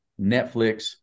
Netflix